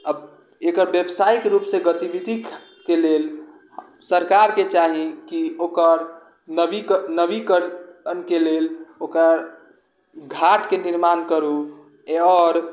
एकर बेबसाइक रूपसँ गतिविधिके लेल सरकारके चाही कि ओकर नवीकरणके लेल ओकर घाटके निर्माण करू आओर